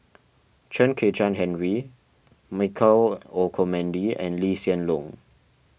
Chen Kezhan Henri Michael Olcomendy and Lee Hsien Loong